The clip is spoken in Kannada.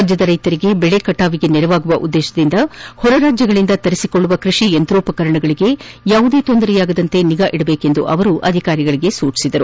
ರಾಜ್ಯದ ರೈತರಿಗೆ ಬೆಳೆ ಕಟಾವಿಗೆ ನೆರವಾಗುವ ಉದ್ದೇಶದಿಂದ ಹೊರ ರಾಜ್ಞಗಳಿಂದ ತರಿಸಿಕೊಳ್ಳುವ ಕೃಷಿ ಯಂತ್ರೋಪಕರಣಗಳಗೆ ಯಾವುದೇ ತೊಂದರೆಯಾಗದಂತೆ ನಿಗಾ ವಹಿಸುವಂತೆ ಅವರು ಅಧಿಕಾರಿಗಳಿಗೆ ಸೂಚಿಸಿದರು